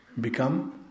become